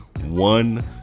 one